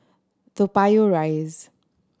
Toa Payoh Rise